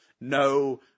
no